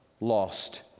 lost